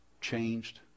changed